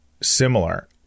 similar